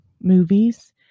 movies